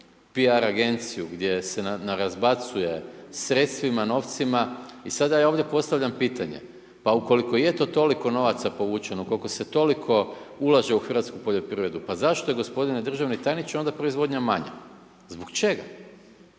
PR agenciju gdje se narazbacuje sredstvima, novcima. I sada ja ovdje postavljam pitanje, pa ukoliko je to toliko novaca povućeno, ukoliko se toliko ulaže u hrvatsku poljoprivredu pa zašto je gospodine državni tajniče onda proizvodnja manja? Zbog čega?